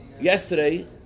yesterday